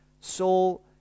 Saul